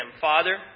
father